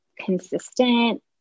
consistent